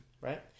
Right